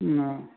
हां